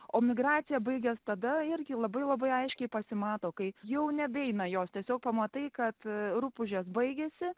o migracija baigias tada irgi labai labai aiškiai pasimato kai jau nebeina jos tiesiog pamatai kad rupūžės baigėsi